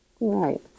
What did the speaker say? right